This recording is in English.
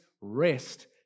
rest